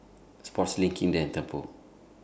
Sportslink Kinder and Tempur